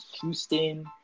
Houston